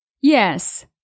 Yes